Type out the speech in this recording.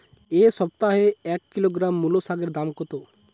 এ সপ্তাহে এক কিলোগ্রাম মুলো শাকের দাম কত?